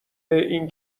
این